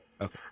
Okay